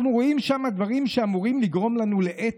אנחנו רואים שם דברים שאמורים לגרום לנו לעצב.